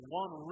one